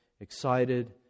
excited